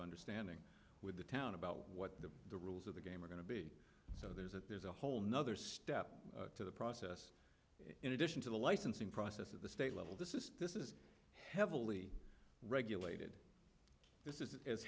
understanding with the town about what the rules of the game are going to be so there's that there's a whole nother step to the process in addition to the licensing process at the state level this is this is heavily regulated this is